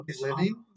living